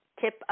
tip